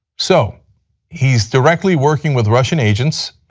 so he is directly working with russian agents